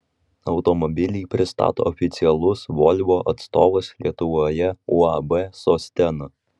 automobilį pristato oficialus volvo atstovas lietuvoje uab sostena